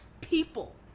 people